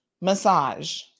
massage